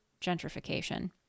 Gentrification